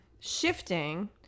shifting